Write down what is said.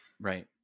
Right